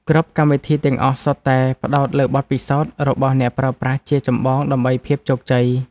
គ្រប់កម្មវិធីទាំងអស់សុទ្ធតែផ្ដោតលើបទពិសោធន៍របស់អ្នកប្រើប្រាស់ជាចម្បងដើម្បីភាពជោគជ័យ។